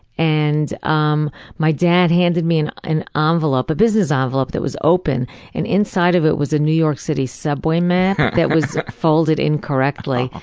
and um my dad handed me and and ah a business ah envelope that was open and inside of it was a new york city subway map that was folded incorrectly.